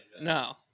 No